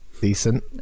decent